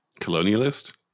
Colonialist